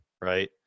right